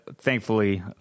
thankfully